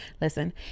Listen